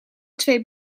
twee